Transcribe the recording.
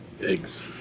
Eggs